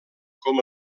com